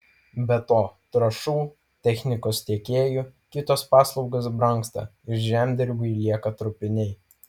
be to trąšų technikos tiekėjų kitos paslaugos brangsta ir žemdirbiui lieka trupiniai